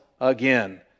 again